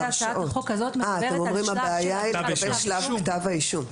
הצעת החוק הזאת מדברת על כתב אישום.